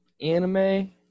anime